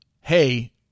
hey